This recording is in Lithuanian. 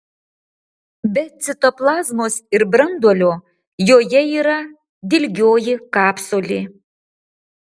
be citoplazmos ir branduolio joje yra dilgioji kapsulė